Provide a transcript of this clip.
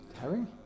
herring